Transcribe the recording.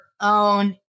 own